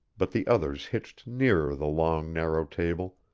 but the others hitched nearer the long, narrow table,